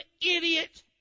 idiot